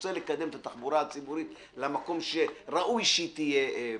ורוצה לקדם את התחבורה הציבורית למקום שראוי שהיא תהיה בו.